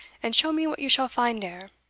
and show me what you shall find dere.